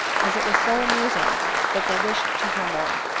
as it was so amusing that they wished to hear more.